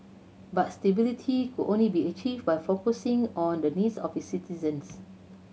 but stability could only be achieved by focusing on the needs of its citizens